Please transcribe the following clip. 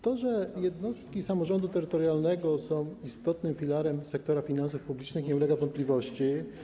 To, że jednostki samorządu terytorialnego są istotnym filarem sektora finansów publicznych, nie ulega wątpliwości.